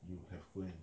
you have when